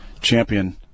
champion